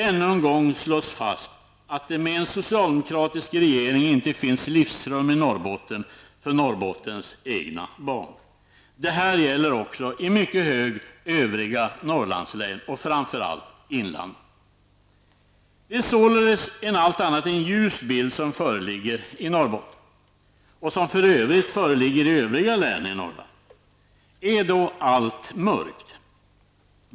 Än en gång slås fast att med en socialdemokratisk regering finns inte livsrum i Norrbotten för Norrbottens egna barn. Detta gäller också i mycket hög grad övriga Norrlandslän och framför allt inlandet. Det är således en allt annat än ljus bild som föreligger i Norrbotten och som för övrigt föreligger i övriga län i Norrland. Är då allt mörkt?